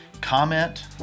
comment